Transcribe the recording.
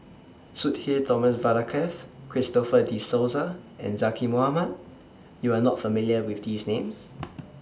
Sudhir Thomas Vadaketh Christopher De Souza and Zaqy Mohamad YOU Are not familiar with These Names